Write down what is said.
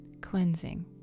cleansing